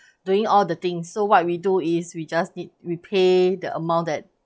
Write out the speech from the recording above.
doing all the thing so what we do is we just need we pay the amount that